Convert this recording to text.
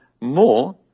more